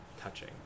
touching